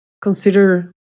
consider